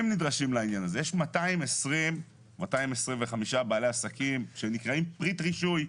נדרשים לעניין הזה יש 225 בעלי עסקים שנקראים פריט רישוי.